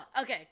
Okay